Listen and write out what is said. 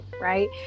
right